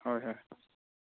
ꯍꯣꯏ ꯍꯣꯏ